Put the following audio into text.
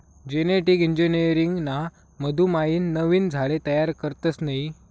genetic engineering ना मधमाईन नवीन झाडे तयार करतस नयी